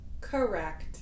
correct